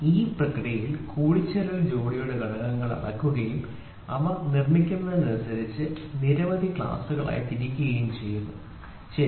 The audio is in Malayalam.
ഈ പ്രക്രിയയിൽ കൂടിചേരൽ ജോഡിയുടെ ഘടകങ്ങൾ അളക്കുകയും അവ നിർമ്മിക്കുന്നതിനനുസരിച്ച് നിരവധി ക്ലാസുകളായി തിരിക്കുകയും ചെയ്യുന്നു ശരി